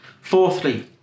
Fourthly